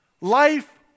Life